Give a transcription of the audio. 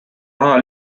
raha